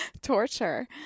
torture